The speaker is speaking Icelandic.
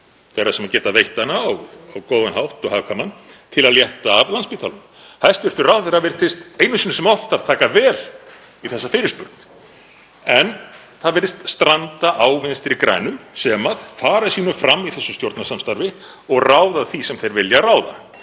þeirra sem geta veitt hana á góðan hátt og hagkvæman til að létta af Landspítalanum. Hæstv. ráðherra virtist einu sinni sem oftar taka vel í þessa fyrirspurn, en það virðist stranda á Vinstri grænum, sem fara sínu fram í þessu stjórnarsamstarfi og ráða því sem þeir vilja ráða.